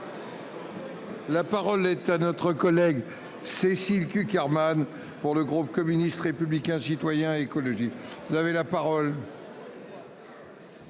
La parole est à notre collègue Cécile Cukierman. Pour le groupe communiste, républicain, citoyen et écologiste. Vous avez la parole.